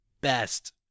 best